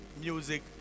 music